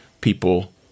people